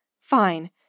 Fine